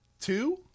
two